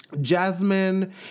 Jasmine